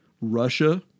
Russia—